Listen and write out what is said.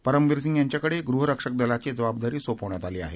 परमवीर सिंह यांच्याकडे गृह रक्षक दलाची जवाबदारी सोपवण्यात आली आहे